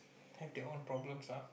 have their own problems ah